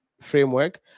framework